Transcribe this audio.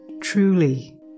truly